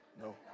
No